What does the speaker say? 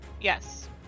yes